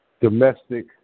domestic